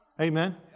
Amen